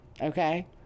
Okay